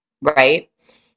right